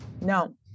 no